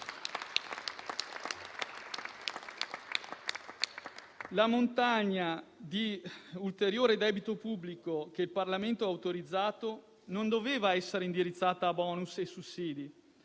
La montagna di ulteriore debito pubblico che il Parlamento ha autorizzato doveva essere indirizzata non a bonus e sussidi,